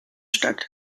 stadt